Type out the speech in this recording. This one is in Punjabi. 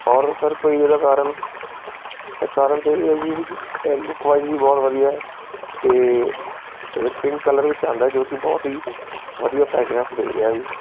ਔਰ ਸਰ ਕੋਈ ਇਹਦਾ ਕਾਰਣ ਸਰ ਕਾਰਣ ਤਾਂ ਇਹ ਹੀ ਹੈ ਜੀ ਜੀ ਕਿ ਲੁਕ ਵਾਈਸ ਵੀ ਬਹੁਤ ਵਧੀਆ ਹੈ ਅਤੇ ਇਹ ਪਿੰਕ ਕਲਰ ਵਿੱਚ ਆਉਂਦਾ ਜੋ ਕਿ ਬਹੁਤ ਹੀ ਵਧੀਆ ਫਰੈਗਰੈਂਸ ਦੇ ਰਿਹਾ ਜੀ